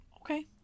okay